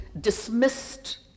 dismissed